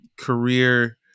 career